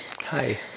Hi